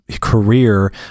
career